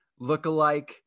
lookalike